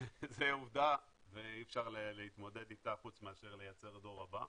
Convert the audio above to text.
זה עובדה ואי אפשר להתמודד איתה חוץ מאשר לייצר את הדור הבא.